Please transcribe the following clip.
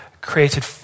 created